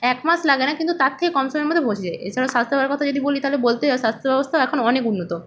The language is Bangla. এক মাস লাগে না কিন্তু তার থেকে কম সময়ের মধ্যে পৌঁছে যায় এছাড়াও স্বাস্থ্য কথা যদি বলি তাহলে বলতেই হয় স্বাস্থ্য ব্যবস্থাও এখন অনেক উন্নত